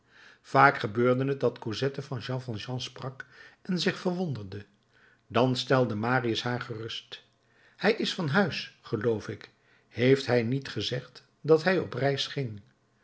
vaak gebeurde het dat cosette van jean valjean sprak en zich verwonderde dan stelde marius haar gerust hij is van huis geloof ik heeft hij niet gezegd dat hij op reis ging